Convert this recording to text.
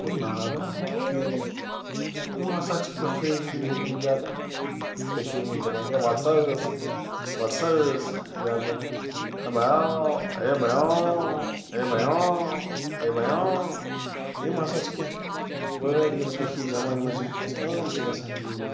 ہو نار ہا ہو یِم ہَسا چھِ کیٚنٛہہ پھرٛیز یِم وُنکیٚن زیادٕ کٔشیٖرِ ہنٛز زبانہِ ہے وَٹ سا ٲس وَٹ سا ٲس بیٛاکھ گوٚو ہے بھیا ہے بھیا ہے بھیا ہے بھا یِم ہَسا چھِ کیٚنٛہہ وٲرڈ یِم کٔشیٖرِ زبانہِ منٛز یِم اسہِ عام چھِ گژھان یوٗز